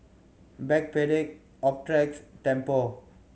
Backpedic Optrex Tempur